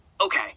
Okay